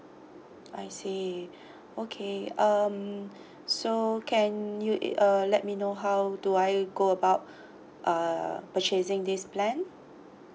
I see okay um so can you uh let me know how do I go about uh purchasing this plan